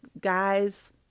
guys